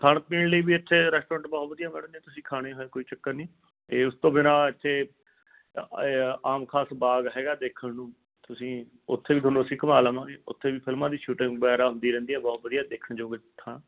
ਖਾਣ ਪੀਣ ਲਈ ਵੀ ਇੱਥੇ ਰੈਸਟੋਰੈਂਟ ਬਹੁਤ ਵਧੀਆ ਮੈਡਮ ਜੇ ਤੁਸੀਂ ਖਾਣੇ ਦਾ ਕੋਈ ਚੱਕਰ ਨਹੀਂ ਅਤੇ ਉਸ ਤੋਂ ਬਿਨਾਂ ਇਥੇ ਆਮ ਖਾਸ ਬਾਗ ਹੈਗਾ ਦੇਖਣ ਨੂੰ ਤੁਸੀਂ ਉਥੇ ਵੀ ਤੁਹਾਨੂੰ ਅਸੀਂ ਘੁੰਮਾ ਲਵਾਂਗੇ ਉਥੇ ਵੀ ਫਿਲਮਾਂ ਦੀ ਸ਼ੂਟਿੰਗ ਵਗੈਰਾ ਹੁੰਦੀ ਰਹਿੰਦੀ ਹੈ ਬਹੁਤ ਵਧੀਆ ਦੇਖਣਯੋਗ ਥਾਂ